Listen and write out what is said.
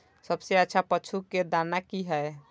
सबसे अच्छा पशु के दाना की हय?